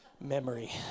memory